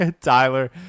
Tyler